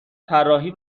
طراحی